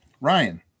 Ryan